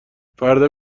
فردا